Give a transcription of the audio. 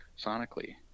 sonically